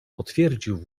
potwierdził